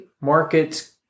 markets